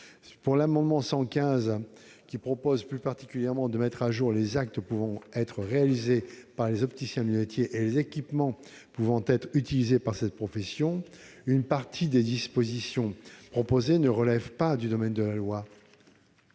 L'amendement n° 115 rectifié prévoit plus particulièrement de mettre à jour les actes pouvant être réalisés par les opticiens-lunetiers et les équipements pouvant être utilisés par cette profession. Les dispositions proposées ne relèvent pas toutes du domaine de la loi.